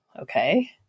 okay